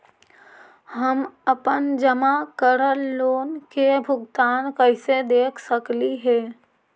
हम अपन जमा करल लोन के भुगतान कैसे देख सकली हे?